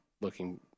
looking